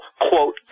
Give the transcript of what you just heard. quote